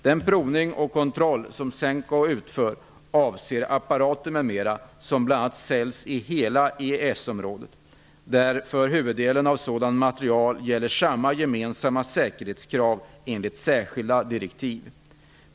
Den provning och kontroll som SEMKO utför avser apparater m.m. som bl.a. säljs i hela EES området, där gemensamma säkerhetskrav gäller för huvuddelen av sådan materiel enligt särskilda direktiv.